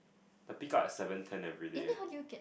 the pickup's at seven ten everyday